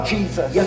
Jesus